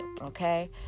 Okay